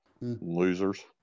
Losers